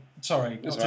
sorry